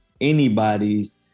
anybody's